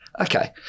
Okay